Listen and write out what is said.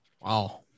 Wow